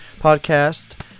Podcast